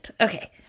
okay